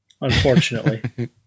unfortunately